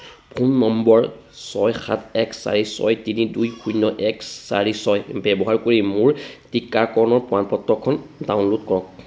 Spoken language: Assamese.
ফোন নম্বৰ ছয় সাত এক চাৰি ছয় তিনি দুই শূন্য এক চাৰি ছয় ব্যৱহাৰ কৰি মোৰ টীকাকৰণৰ প্ৰমাণ পত্ৰখন ডাউনল'ড কৰক